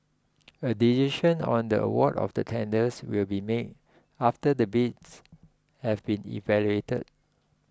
a decision on the award of the tenders will be made after the bids have been evaluated